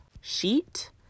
sheet